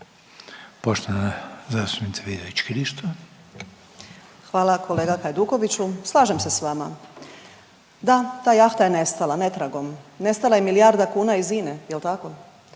Krišto, Karolina (OIP)** Hvala kolega Hajdukoviću. Slažem se s vama, da ta jahta je nestala netragom. Nestala je milijarda kuna iz INE jel tako?